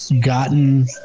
gotten